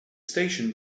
station